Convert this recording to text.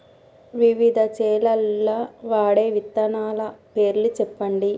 వివిధ చేలల్ల వాడే విత్తనాల పేర్లు చెప్పండి?